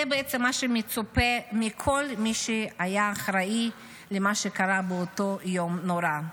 זה בעצם מה שמצופה מכל מי שהיה אחראי למה שקרה באותו יום נורא.